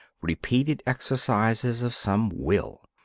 repeated exercises of some will.